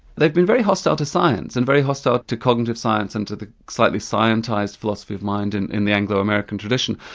they've been very hostile to science and very hostile to cognitive science, and to the slightly scientised philosophy of mind in in the anglo-american tradition,